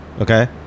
okay